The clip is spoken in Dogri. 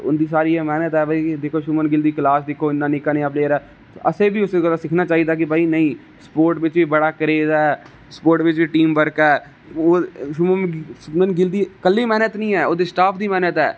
उंदी सारी एह् मैहनत है भाई उसदी क्लास दिक्खो इन्ना निक्का जेहा प्लेयर ऐ आसेंबी उस्सै तरह सिक्खना चाहिदा कि भाई नेईं स्पोटस बिच बी बड़ा क्रेज ऐ स्पोटस बिच बी टीम बर्क ऐ ओह् शुभमन गिल दी कली मैहनत नेईं ऐ उस बिच स्टाफ दी मैहनत ऐ